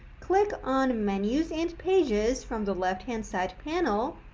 click on menus and pages' from the left-hand side panel,